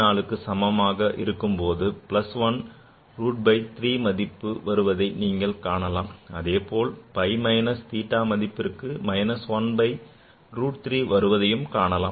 74க்கு சமம் என இருக்கும்போது plus 1 by root 3 மதிப்பு உருவாவதை நீங்கள் காணலாம் அதேபோல் pi minus theta மதிப்பிற்கு minus 1 by root 3 வருவதையும் காணலாம்